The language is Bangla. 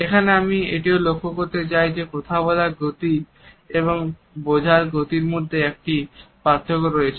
এখানে আমি এটিও উল্লেখ করতে চাই যে কথা বলার গতি এবং বোঝার গতির মধ্যে একটি পার্থক্য রয়েছে